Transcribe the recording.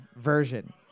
version